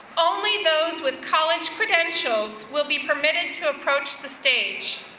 only those with college credentials will be permitted to approach the stage.